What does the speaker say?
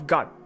God